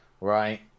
Right